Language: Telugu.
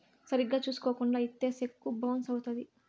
సరిగ్గా చూసుకోకుండా ఇత్తే సెక్కు బౌన్స్ అవుత్తది